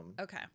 okay